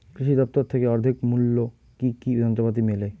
কৃষি দফতর থেকে অর্ধেক মূল্য কি কি যন্ত্রপাতি মেলে?